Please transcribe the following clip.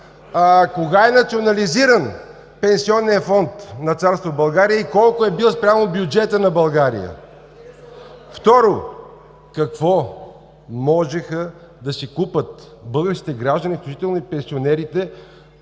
Кога е национализиран Пенсионният фонд на Царство България и колко е бил спрямо бюджета на България? Второ, какво можеха да си купят българските граждани, включително и пенсионерите,